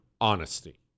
honesty